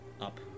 up